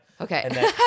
Okay